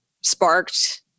sparked